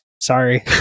Sorry